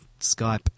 Skype